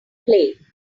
play